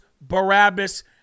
Barabbas